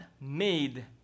made